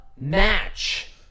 match